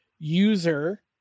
user